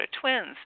Twins